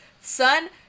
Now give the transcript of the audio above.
Son